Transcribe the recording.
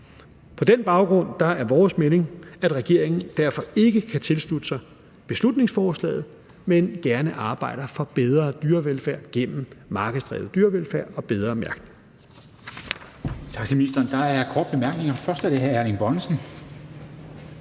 På den baggrund er vores melding, at regeringen derfor ikke kan tilslutte sig beslutningsforslaget, men gerne arbejder for bedre dyrevelfærd gennem markedsdrevet dyrevelfærd og bedre mærkning.